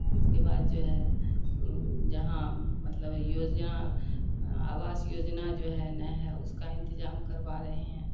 اس کے بعد جو ہے جہاں مطلب یوجنا آواس یوجنا جو ہے نہ ہے اس کا انتظام کروا رہے ہیں